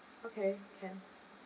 okay can